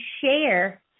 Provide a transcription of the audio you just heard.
share